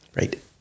Right